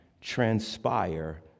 transpire